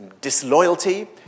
disloyalty